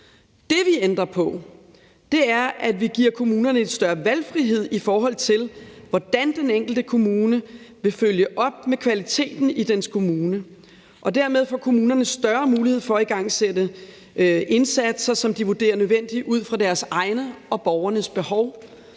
Det, vi ændrer på, er, at vi giver kommunerne en større valgfrihed, i forhold til hvordan den enkelte kommune vil følge op på kvaliteten i dens kommune. Dermed får kommunerne større mulighed for at igangsætte indsatser, som de vurderer nødvendige ud fra deres egne og borgernes behov.